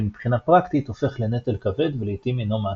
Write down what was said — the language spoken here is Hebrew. מבחינה פרקטית הופך לנטל כבד ולעיתים אינו מעשי.